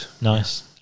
Nice